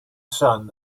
sun